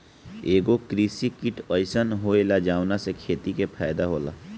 एगो कृषि किट अइसन होएला जवना से खेती के फायदा होला